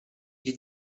gli